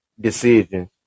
decisions